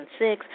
2006